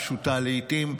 הפשוטה לעיתים,